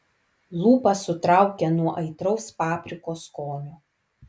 lūpas sutraukė nuo aitraus paprikos skonio